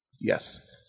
Yes